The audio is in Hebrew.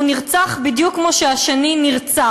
הוא נרצח בדיוק כמו שהשני נרצח,